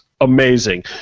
amazing